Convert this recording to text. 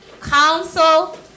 council